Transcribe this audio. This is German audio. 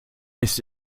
ist